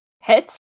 Hits